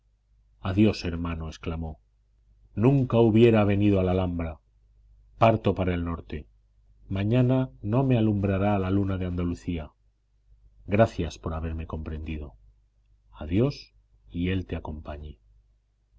adiós hermano exclamó nunca hubiera venido a la alhambra parto para el norte mañana no me alumbrará la luna de andalucía gracias por haberme comprendido adiós y él te acompañe